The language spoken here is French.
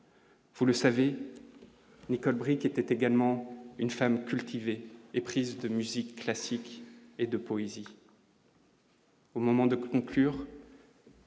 Vous le savez, Nicole Bricq, était également une femme cultivée éprise de musique classique et de poésie. Au moment de conclure.